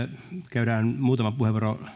käydään muutama puheenvuoro